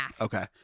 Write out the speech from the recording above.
okay